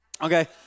Okay